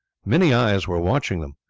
many eyes were watching them.